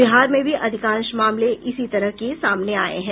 बिहार में भी अधिकांश मामले इसी तरह के सामने आये हैं